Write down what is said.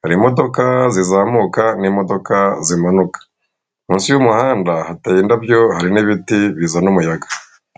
hari imodoka zizamuka n'imodoka zimanuka. Munsi y'umuhanda hateye indabyo harimo ibiti bizana umuyaga.